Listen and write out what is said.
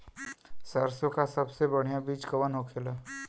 सरसों का सबसे बढ़ियां बीज कवन होखेला?